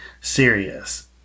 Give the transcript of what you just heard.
serious